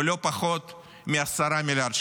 בלא-פחות מעשרה מיליארד שקלים.